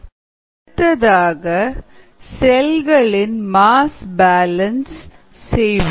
அடுத்ததாக செல்களின் mass balance செய்வோம்